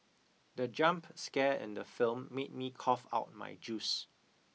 the jump scare in the film made me cough out my juice